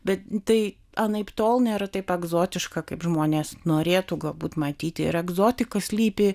bet tai anaiptol nėra taip egzotiška kaip žmonės norėtų galbūt matyti ir egzotikoj slypi